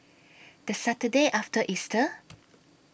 The Saturday after Easter